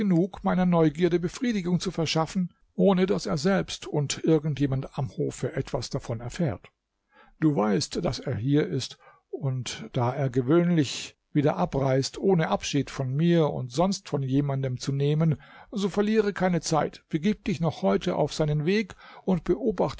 meiner neugierde befriedigung zu verschaffen ohne daß er selbst oder irgend jemand am hofe etwas davon erfährt du weißt daß er hier ist und da er gewöhnlich wieder abreist ohne abschied von mir oder sonst von jemanden zu nehmen so verliere keine zeit begib dich noch heute auf seinen weg und